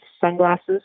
sunglasses